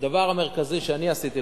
הדבר המרכזי שאני עשיתי,